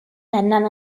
ländern